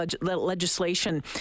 legislation